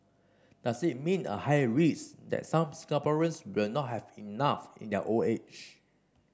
does it mean a higher risk that some Singaporeans will not have enough in their old age